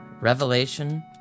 revelation